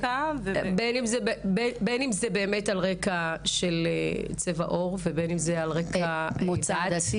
בין אם זה בין אם זה על רקע של צבע עור ובין אם זה על רקע דת,